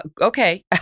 Okay